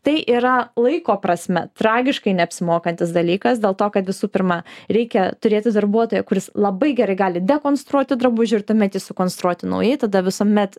tai yra laiko prasme tragiškai neapsimokantis dalykas dėl to kad visų pirma reikia turėti darbuotoją kuris labai gerai gali dekonstruoti drabužį ir tuomet jį sukonstruoti naujai tada visuomet